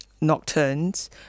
nocturnes